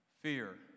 Fear